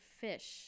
fish